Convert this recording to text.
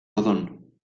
rodon